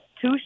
two